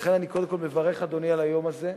לכן, אני קודם כול מברך, אדוני, על היום הזה.